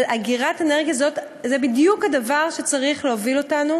אבל אגירת אנרגיה זה בדיוק הדבר שצריך להוביל אותנו